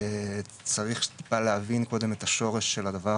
שצריך טיפה להבין קודם את השורש של הדבר